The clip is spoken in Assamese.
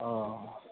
অঁ